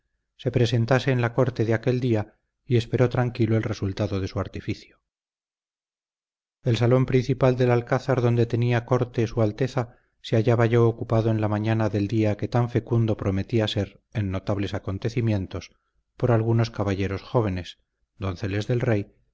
se presentase en la corte de aquel día y esperó tranquilo el resultado de su artificio el salón principal del alcázar donde tenía corte su alteza se hallaba ya ocupado en la mañana del día que tan fecundo prometía ser en notables acontecimientos por algunos caballeros jóvenes donceles del rey